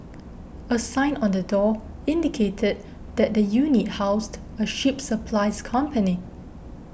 a sign on the door indicated that the unit housed a ship supplies company